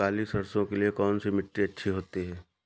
काली सरसो के लिए कौन सी मिट्टी अच्छी होती है?